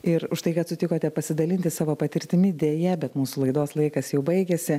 ir už tai kad sutikote pasidalinti savo patirtimi deja bet mūsų laidos laikas jau baigiasi